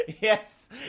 Yes